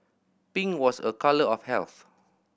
pink was a colour of health